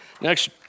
Next